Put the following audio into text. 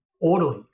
orderly